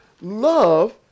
love